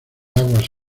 aguas